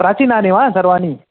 प्राचीनानि वा सर्वाणि